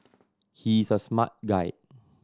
he is a smart guy